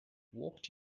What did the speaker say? walked